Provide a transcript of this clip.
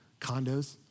condos